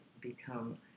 become